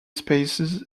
spaces